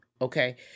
Okay